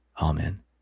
Amen